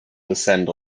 descend